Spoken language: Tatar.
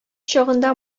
чагында